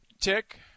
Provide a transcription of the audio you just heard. Tick